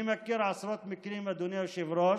אני מכיר עשרות מקרים, אדוני היושב-ראש,